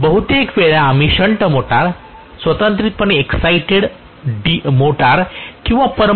म्हणून बहुतेक वेळा आम्ही शंट मोटर स्वतंत्रपणे एक्सआयटेड मोटर किंवा पर्मनन्ट मॅग्नेट मोटर असे म्हणू शकतो